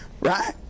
right